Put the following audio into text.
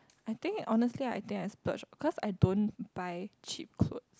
I think honestly I think I splurge because I don't buy cheap clothes